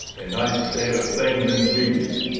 a nice state of things indeed!